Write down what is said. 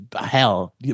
hell